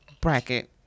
bracket